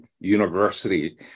university